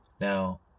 Now